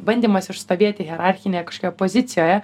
bandymas išstovėti hierarchinėje kažkokioje pozicijoje